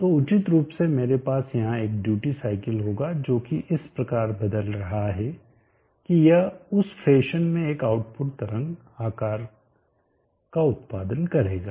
तो उचित रूप से मेरे पास यहां एक ड्यूटी साइकिल होगा जो कि इस प्रकार बदल रहा है की यह उस फैशन में एक आउटपुट तरंग आकार का उत्पादन करेगा